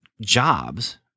jobs